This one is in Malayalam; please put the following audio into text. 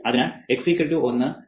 അതിനാൽ x 1